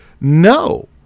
No